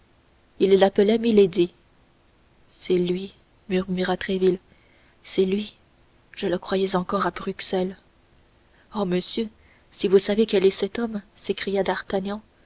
il l'appelait milady c'est lui murmura tréville c'est lui je le croyais encore à bruxelles oh monsieur si vous savez quel est cet homme s'écria d'artagnan